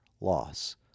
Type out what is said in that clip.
loss